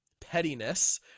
pettiness